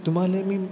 तुम्हाले मी